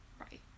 Right